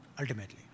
Ultimately